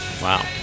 Wow